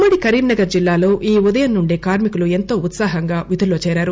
ఉమ్మడి కరీంనగర్ జిల్లాలో ఈ ఉదయం నుండే కార్మికులు ఎంతో ఉత్సాహంగా విధుల్లో చేరారు